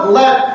let